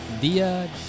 dia